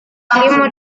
kelima